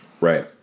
Right